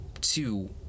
two